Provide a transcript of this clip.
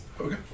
Okay